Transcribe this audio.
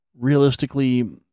realistically